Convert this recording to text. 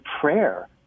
prayer